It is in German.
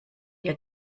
ihr